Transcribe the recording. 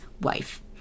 wife